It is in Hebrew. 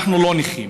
אנחנו לא נכים.